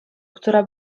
która